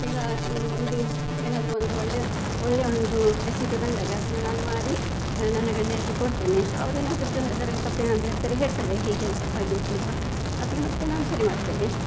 ಈಗ ಒಂದು ಏನಾದರೂ ಒಂದು ಒಳ್ಳೆಯ ಒಳ್ಳೆಯ ಒಂದು ರೆಸಿಪಿ ಬಂದರೆ ಅದನ್ನು ನಾನು ಮಾಡಿ ನನ್ನ ಗಂಡನಿಗೆ ಕೊಡ್ತೇನೆ ಅವ್ರು ಏನಾದರೂ ಗ ಅದರಲ್ಲಿ ತಪ್ಪೇನಾದರೂ ಇದ್ದರೆ ಹೇಳ್ತಾರೆ ಹೀಗೆ ಆಯಿತು ಹಾಗೆ ಆಯಿತು ಅಂತ ಅದಕ್ಕೆ ಮತ್ತೆ ನಾನು ಸರಿ ಮಾಡ್ತೇನೆ